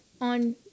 On